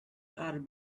are